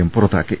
M പുറത്താക്കി